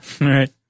right